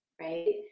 right